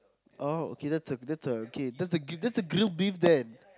oh okay that's a that's a okay that's a grilled beef then